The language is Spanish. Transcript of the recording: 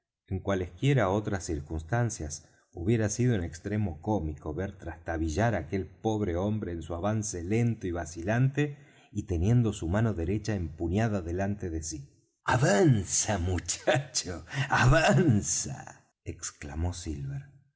en cualesquiera otras circunstancias hubiera sido en extremo cómico ver trastrabillar á aquel pobre hombre en su avance lento y vacilante y teniendo su mano derecha empuñada delante de sí avanza muchacho avanza exclamó silver